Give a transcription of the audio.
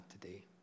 today